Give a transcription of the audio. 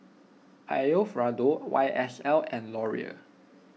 Alfio Raldo Y S L and Laurier